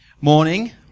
Morning